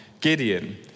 Gideon